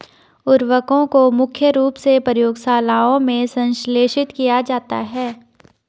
उर्वरकों को मुख्य रूप से प्रयोगशालाओं में संश्लेषित किया जाता है